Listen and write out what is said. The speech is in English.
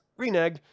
Reneged